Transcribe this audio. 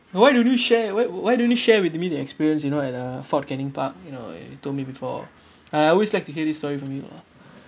why don't you share why why don't you share with me the experience you know at uh fort canning park you know you told me before I always like to hear this story from you